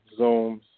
Zooms